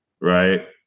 right